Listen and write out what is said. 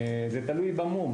זה תלוי במום.